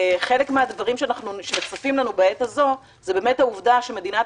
אחד הדברים שנחשפים לנו בעת הזו הוא העובדה שמדינת